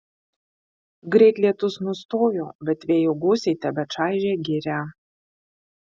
greit lietus nustojo bet vėjo gūsiai tebečaižė girią